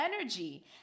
energy